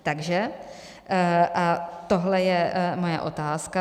Takže a tohle je moje otázka.